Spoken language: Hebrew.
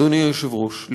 אדוני היושב-ראש,